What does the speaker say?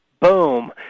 Boom